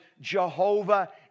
Jehovah